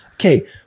okay